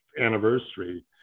anniversary